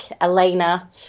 Elena